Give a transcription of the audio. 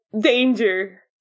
danger